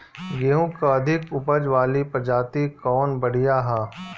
गेहूँ क अधिक ऊपज वाली प्रजाति कवन बढ़ियां ह?